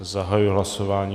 Zahajuji hlasování.